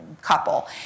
couple